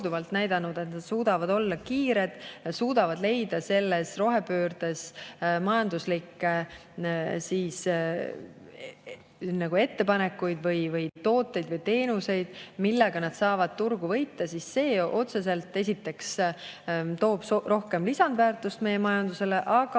näidanud, et nad suudavad olla kiired, suudavad leida selles rohepöördes majanduslikke ettepanekuid, tooteid või teenuseid, millega nad saavad turgu võita, siis see esiteks toob otseselt rohkem lisandväärtust meie majandusele ja